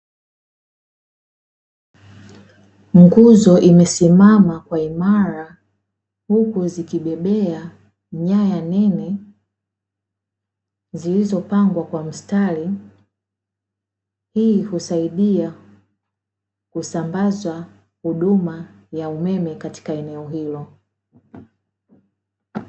Nguzo imesimama kwa imara huku zikibebea nyaya nene zilizopangwa kwa mstari, hii husaidia kusambaza huduma ya umeme katika eneo hilo.